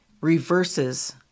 reverses